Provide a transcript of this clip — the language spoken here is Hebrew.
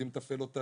יודעים לתפעל אותם,